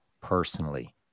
personally